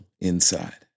inside